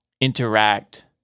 interact